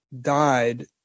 died